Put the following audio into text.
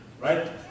Right